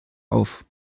auf